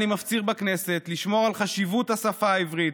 אני מפציר בכנסת לשמור על חשיבות השפה העברית